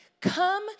Come